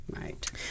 Right